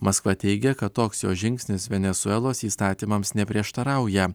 maskva teigia kad toks jo žingsnis venesuelos įstatymams neprieštarauja